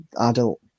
adult